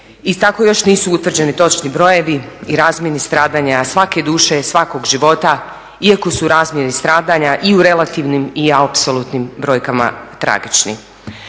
i tako još nisu utvrđeni točni brojevi i razmjeri stradanja svake duše, svakog života, iako su razmjeri stradanja i u relativnim i apsolutnim brojkama tragični.